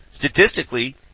Statistically